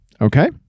Okay